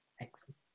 Excellent